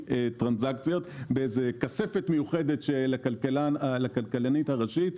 טרנזקציות בכספת מיוחדת של הכלכלנית הראשית.